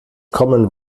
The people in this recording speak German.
common